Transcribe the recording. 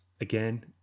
again